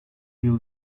yıl